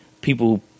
people